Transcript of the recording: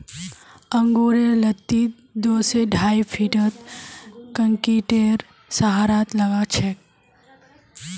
अंगूरेर लत्ती दो स ढाई फीटत कंक्रीटेर सहारात लगाछेक